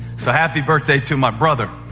so happy birthday to my brother.